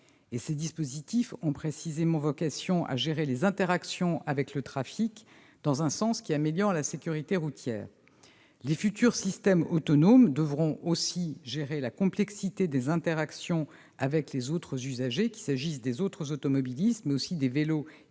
Ces dispositifs ont précisément vocation à gérer les interactions avec le trafic dans un sens qui améliore la sécurité routière. Les futurs systèmes autonomes devront aussi gérer la complexité des interactions avec les autres usagers, qu'il s'agisse des autres automobilistes, mais aussi des vélos et des piétons,